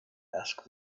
asked